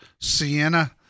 Sienna